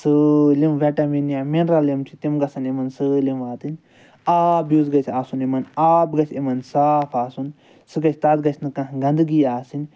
سٲلِم وٮ۪ٹَمِن یا مِنرَل یِم چھِ تِم گَژھَن یِمَن سٲلِم واتٕنۍ آب یُس گَژھِ آسُن یِمَن آب گَژھِ یِمَن صاف آسُن سُہ گَژھِ تتھ گَژھِ نہٕ کانٛہہ گَندگی آسٕنۍ